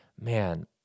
Man